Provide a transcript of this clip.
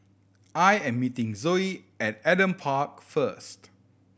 I am meeting Zoie at Adam Park first